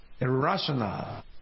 irrational